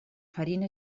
farina